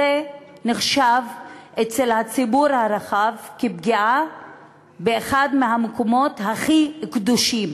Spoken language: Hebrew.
זה נחשב אצל הציבור הרחב פגיעה באחד מהמקומות הכי קדושים,